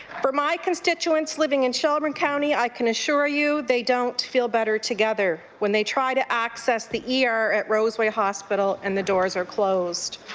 but my constituents living in shelburne county, i can assure you, they don't feel better together when they try to access the e r at rosewood hospital and the doors are closed.